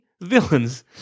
villains